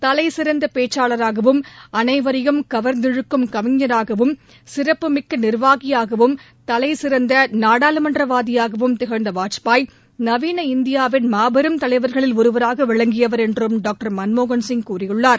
தலைசிறந்த பேச்சாளராகவும் அனைவரையும் கவர்ந்திழுக்கும் கவிஞராகவும் சிறப்புமிக்க நிர்வாகியாகவும் தலை சிறந்த நாடாளுமன்ற வாதியாகவும் திகழ்ந்த வாஜ்பாய் நவீன இந்தியாவின் மாபெரும் தலைவர்களில் ஒருவராக விளங்கியவர் என்றும் டாக்டர் மன்மோகன்சிங் கூறியுள்ளார்